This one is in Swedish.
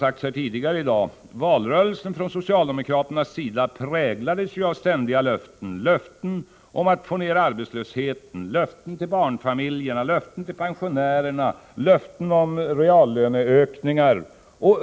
Men valrörelsen från socialdemokraternas sida präglades ju, som framhållits tidigare här i dag, av löften — löften om att få ned arbetslösheten, löften till barnfamiljerna, löften till pensionärerna, löften om reallöneökningar.